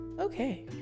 okay